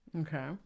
okay